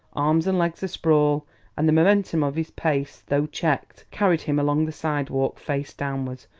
arms and legs a-sprawl and the momentum of his pace, though checked, carried him along the sidewalk, face downwards,